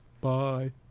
Bye